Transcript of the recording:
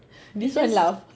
this one laughed